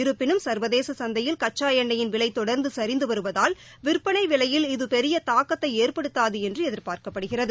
இருப்பினும் சன்வதேச சந்தையில் கச்சா எண்ணெயின் விலை தொடர்ந்து சரிந்து வருவதால் விற்பனை விலைவில் இது பெரிய தாக்கத்தை ஏற்படுத்தாது என்று எதிபார்க்கப்படுகிறது